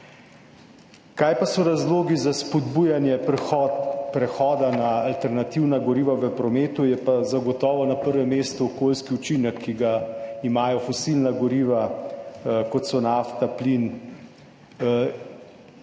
Kaj pa so razlogi za spodbujanje prehoda na alternativna goriva v prometu? Zagotovo je na prvem mestu okoljski učinek, ki ga imajo fosilna goriva, kot so nafta, plin,